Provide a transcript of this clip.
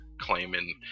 claiming